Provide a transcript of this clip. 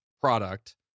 product